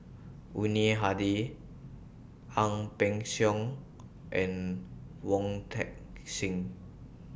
Yuni Hadi Ang Peng Siong and Wong Heck Sing